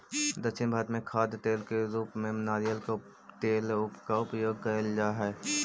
दक्षिण भारत में खाद्य तेल के रूप में नारियल के तेल का प्रयोग करल जा हई